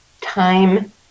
time